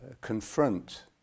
confront